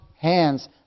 hands